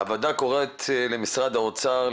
הוועדה קוראת למשרד האוצר,